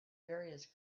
various